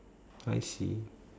I see